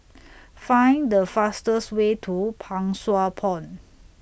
Find The fastest Way to Pang Sua Pond